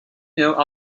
know